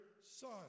son